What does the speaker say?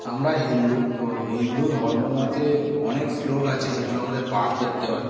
আমরা হিন্দু তো হিন্দু ধর্ম মতে অনেক শ্লোক আছে যেগুলো আমাদের পাঠ করতে হয়